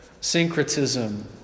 syncretism